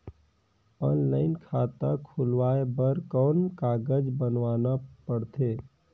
Online खाता खुलवाय बर कौन कागज बनवाना पड़थे?